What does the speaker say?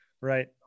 Right